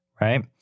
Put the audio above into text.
right